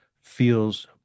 feels